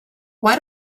why